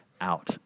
out